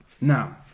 Now